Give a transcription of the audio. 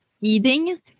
eating